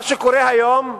מה שקורה היום,